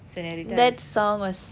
senorita is